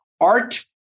Art